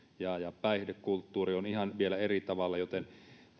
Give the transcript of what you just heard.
ja ja päihdekulttuuri on ihan vielä eri tavalla joten